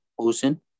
ocean